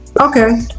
Okay